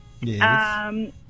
Yes